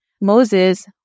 Moses